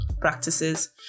practices